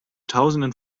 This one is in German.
tausenden